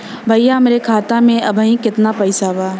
भईया हमरे खाता में अबहीं केतना पैसा बा?